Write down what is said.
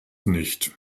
nicht